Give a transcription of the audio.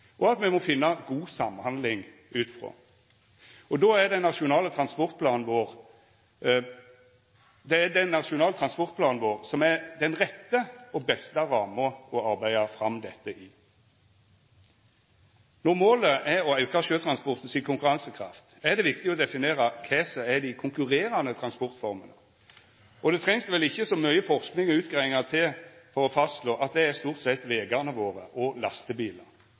og må finna god samhandling ut frå. Då er det den nasjonale transportplanen vår som er den rette og beste ramma å arbeida fram dette i. Når målet er å auka sjøtransporten si konkurransekraft, er det viktig å definera kva som er dei konkurrerande transportformene. Det trengst vel ikkje så mykje forsking og så mange utgreiingar for å fastslå at det stort sett er vegane våre og lastebilar.